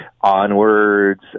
onwards